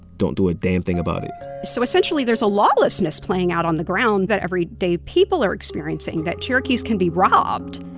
don't do a damn thing about it so essentially, there's a lawlessness playing out on the ground that everyday people are experiencing that cherokees can be robbed,